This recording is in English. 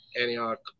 Antioch